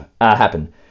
happen